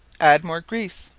add more grease.